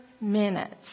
minutes